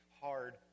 hard